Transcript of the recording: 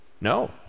No